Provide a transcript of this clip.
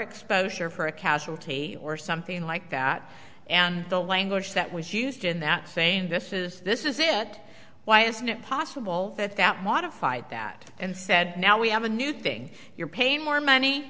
exposure for a casualty or something like that and the language that was used in that saying this is this is it why isn't it possible that that modified that and said now we have a new thing you're paying more money